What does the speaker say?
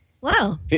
Wow